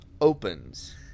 Opens